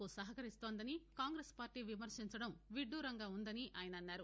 కు సహకరిస్తోందని కాంగ్రెస్పార్టీ విమర్శించడం విద్దూరంగా వుందని ఆయన అన్నారు